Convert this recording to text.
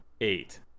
eight